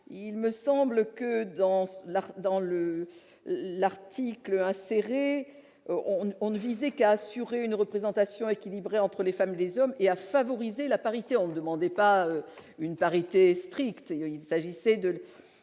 me semble que dans la dans le l'article acéré on ne on ne visait qu'à assurer une représentation équilibrée entre les femmes, des hommes et à favoriser la parité demandez pas une parité stricte,